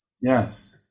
yes